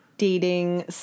Dating